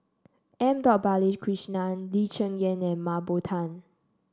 M Balakrishnan Lee Cheng Yan and Mah Bow Tan